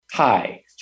Hi